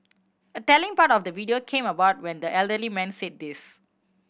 a telling part of the video came about when the elderly man said this